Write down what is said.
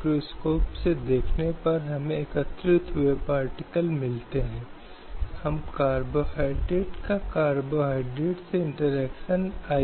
हालाँकि यह उन महिलाओं को कोई अधिकार नहीं देता है जिनके पति का उन महिलाओं के खिलाफ कार्रवाई करने के लिए